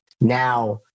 Now